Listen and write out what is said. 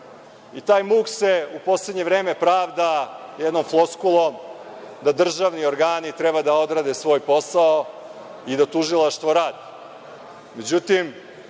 Taj muk se u poslednje vreme pravda jednom floskulom da državni organi treba da odrade svoj posao i da tužilaštvo radi.